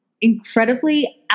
incredibly